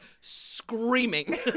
screaming